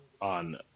on